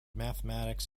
mathematics